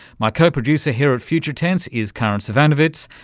my co-producer here at future tense is karin zsivanovits,